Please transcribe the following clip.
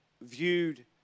viewed